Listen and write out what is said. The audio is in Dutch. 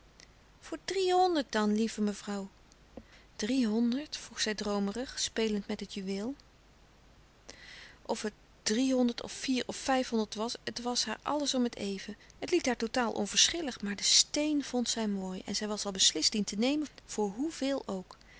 voor drie honderd dan lieve mevrouw drie honderd vroeg zij droomerig spelend met het juweel of het drie honderd of vier of vijf-honderd was het was haar alles om het even het liet haar totaal onverschillig maar den steen vond zij mooi en zij was al beslist dien te nemen voor hoeveel ook